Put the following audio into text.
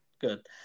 good